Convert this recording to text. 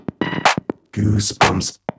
Goosebumps